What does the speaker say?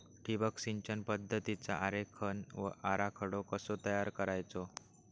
ठिबक सिंचन पद्धतीचा आरेखन व आराखडो कसो तयार करायचो?